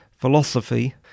philosophy